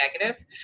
negative